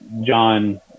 John